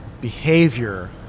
behavior